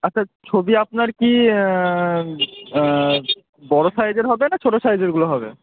আচ্ছা ছবি আপনার কি বড় সাইজের হবে না ছোট সাইজেরগুলো হবে